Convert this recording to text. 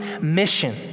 mission